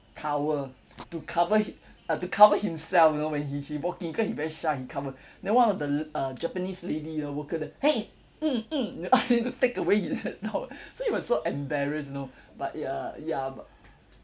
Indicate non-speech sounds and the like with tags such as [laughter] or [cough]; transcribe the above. towel to cover hi~ uh to cover himself you know when he he walk in cause he very shy he cover then one of the l~ uh japanese lady you know worker there !hey! mm mm [laughs] then ask him to take away [laughs] his towel so he was so embarrassed you know but ya ya but